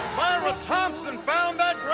thompson found that